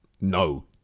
No